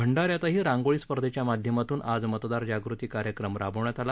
भंडा यातही रांगोळी स्पर्धेच्या माध्यमातून आज मतदार जागृती कार्यक्रम राबवण्यात आला